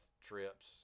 trips